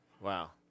wow